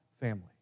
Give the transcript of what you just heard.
family